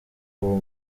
uwo